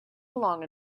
along